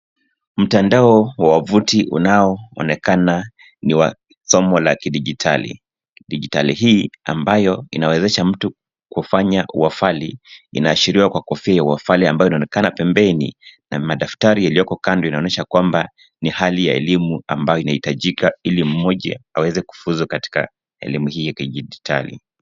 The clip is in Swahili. Mtandao wa wavuti unaoonekana ni wa somo la kidijitali. Dijitali hii ambayo inawezesha mtu kufanya wafali inaashiriwa kwa kofia ya wafali ambayo inaonekana pembeni na madftari yaliyoko kando, inaonyesha kwamba ni hali ya elimu ambayo inahitajika ili mmoja aweze kufuza katika elimu hii ya kidijitali.